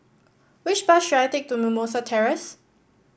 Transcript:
which bus should I take to Mimosa Terrace